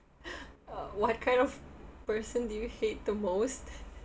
uh what kind of person do you hate the most